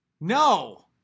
No